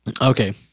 Okay